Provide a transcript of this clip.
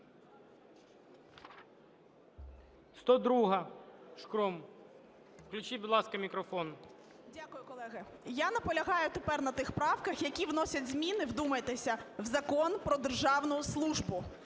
102-а, Шкрум. Включіть, будь ласка, мікрофон. 17:30:15 ШКРУМ А.І. Дякую, колеги. Я наполягаю тепер на тих правках, які вносять зміни, вдумайтеся, в Закон "Про державну службу".